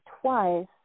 twice